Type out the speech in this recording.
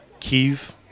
Kyiv